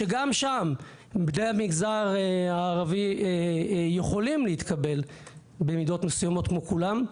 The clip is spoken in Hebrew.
שגם שם בני המגזר הערבי יכולים להתקבל במידות מסוימות כמו כולם,